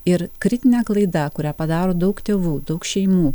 ir kritinė klaida kurią padaro daug tėvų daug šeimų